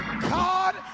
God